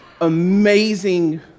amazing